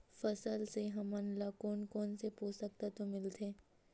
फसल से हमन ला कोन कोन से पोषक तत्व मिलथे?